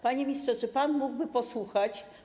Panie ministrze, czy pan mógłby posłuchać?